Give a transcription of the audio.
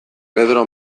pedro